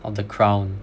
of the crown